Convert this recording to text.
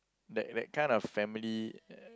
that that kind of family